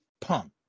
Punk